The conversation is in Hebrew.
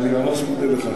אני ממש מודה לך.